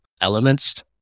elements